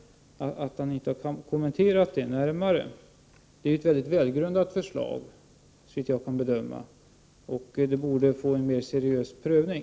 Det är ett mycket välgrundat förslag, såvitt jag kan bedöma, och det borde få en mer seriös prövning.